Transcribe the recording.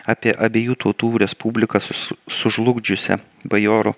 apie abiejų tautų respubliką su sužlugdžiusią bajorų